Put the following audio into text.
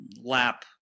lap